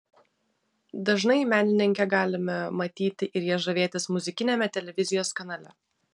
dažnai menininkę galime matyti ir ja žavėtis muzikiniame televizijos kanale